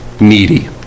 needy